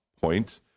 point